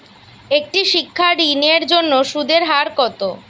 একটি শিক্ষা ঋণের জন্য সুদের হার কত?